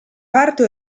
parte